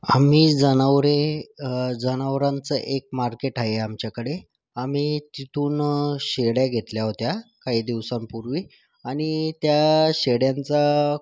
आम्ही जनावरे जनावरांचं एक मार्केट आहे आमच्याकडे आम्ही तिथून शेळ्या घेतल्या होत्या काही दिवसांपूर्वी आणि त्या शेळ्यांचा